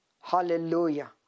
Hallelujah